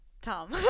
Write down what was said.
Tom